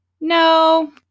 no